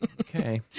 Okay